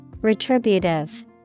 Retributive